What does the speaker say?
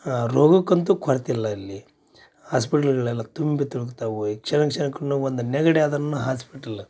ರೋಗಕ್ಕೆ ಅಂತು ಕೊರತಿಲ್ಲ ಇಲ್ಲಿ ಹಾಸ್ಪಿಟ್ಲ್ಗಳೆಲ್ಲ ತುಂಬಿ ತುಳಕ್ತವು ಈ ಕ್ಷಣ ಕ್ಷಣಕ್ಕುನು ಒಂದು ನೆಗಡಿ ಆದರೂನು ಹಾಸ್ಪಿಟಲ್